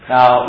Now